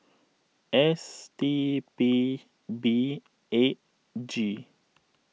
S T B B eight G